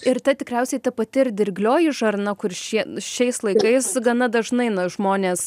ir tikriausiai ta pati ir dirglioji žarna kur šie šiais laikais gana dažnai na žmonės